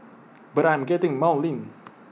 but I am getting maudlin